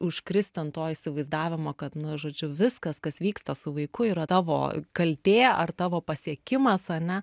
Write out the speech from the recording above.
užkrist ant to įsivaizdavimo kad na žodžiu viskas kas vyksta su vaiku yra tavo kaltė ar tavo pasiekimas ane